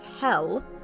hell